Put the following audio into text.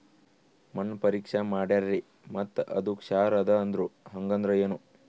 ಮಣ್ಣ ಪರೀಕ್ಷಾ ಮಾಡ್ಯಾರ್ರಿ ಮತ್ತ ಅದು ಕ್ಷಾರ ಅದ ಅಂದ್ರು, ಹಂಗದ್ರ ಏನು?